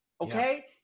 okay